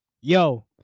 yo